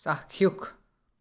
চাক্ষুস